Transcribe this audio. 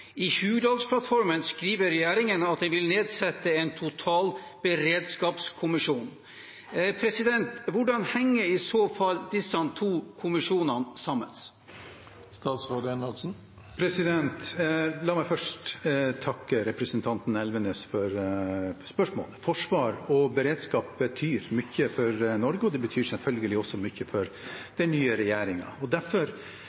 I Hurdalsplattformen skriver regjeringen at den vil nedsette en totalberedskapskommisjon. Hvordan henger i så fall disse to kommisjonene sammen?» La meg først takke representanten Elvenes for spørsmålet. Forsvar og beredskap betyr mye for Norge, og det betyr selvfølgelig også